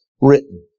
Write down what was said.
written